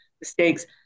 mistakes